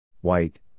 White